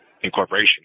incorporation